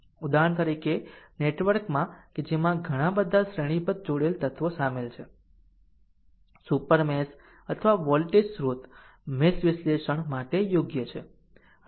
ઉદાહરણ તરીકે નેટવર્કમાં કે જેમાં ઘણા શ્રેણીબદ્ધ જોડેલ તત્વો શામેલ છે સુપર મેશ અથવા વોલ્ટેજ સ્રોત મેશ વિશ્લેષણ માટે યોગ્ય છે